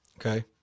Okay